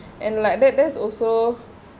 and like that there's also